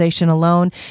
alone